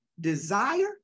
desire